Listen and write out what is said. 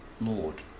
Lord